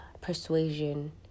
persuasion